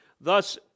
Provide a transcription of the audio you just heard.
Thus